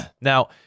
Now